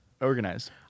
organized